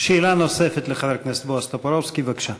שאלה נוספת לחבר הכנסת בועז טופורובסקי, בבקשה.